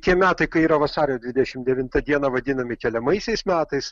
tie metai kai yra vasario dvidešim devinta diena vadinami keliamaisiais metais